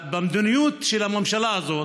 במדיניות של הממשלה הזאת.